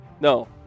No